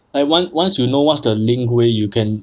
like once once you know what's the link way you can